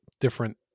different